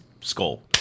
Skull